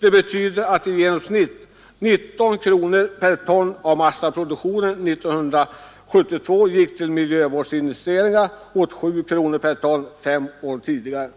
Det betyder att i genomsnitt 19 kronor per ton av massaproduktionen år 1972 gick till miljövårdsinvesteringar mot 7 kronor per ton fem år tidigare.